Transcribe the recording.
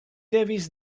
devis